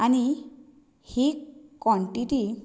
आनी ही क्वॉन्टिटी